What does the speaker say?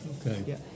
Okay